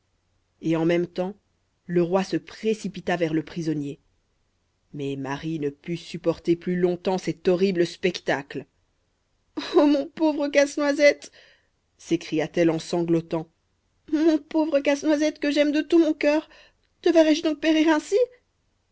et en même temps le roi se précipita vers le prisonnier mais marie ne put supporter plus longtemps cet horrible spectacle o mon pauvre casse-noisette s'écria-t-elle en sanglotant mon pauvre casse-noisette que j'aime de tout mon cœur te verrai-je donc périr ainsi